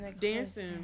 dancing